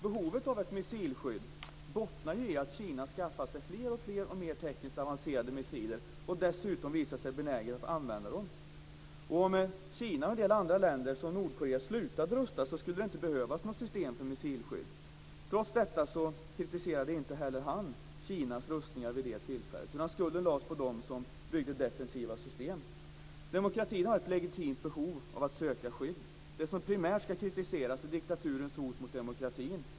Behovet av ett missilskydd bottnar ju i att Kina skaffar sig fler och fler och mer tekniskt avancerade missiler och dessutom visar sig benäget att använda dem. Om Kina och en del andra länder, som Nordkorea, slutade att rusta skulle det inte behövas något system för missilskydd. Trots detta kritiserade inte Schori Kinas rustningar vid detta tillfälle, utan skulden lades på dem som byggde defensiva system. Demokratierna har ett legitimt behov av att söka skydd. Det som primärt ska kritiseras är diktaturens hot mot demokratin.